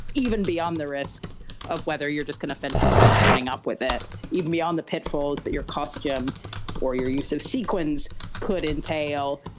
even beyond the risk of whether you're just gonna offend people by turning up with it. even beyond the pitfalls that your costume or your use of sequins could entail.